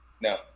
No